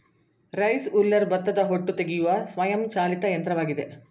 rice huller ಭತ್ತದ ಹೊಟ್ಟು ತೆಗೆಯುವ ಸ್ವಯಂ ಚಾಲಿತ ಯಂತ್ರವಾಗಿದೆ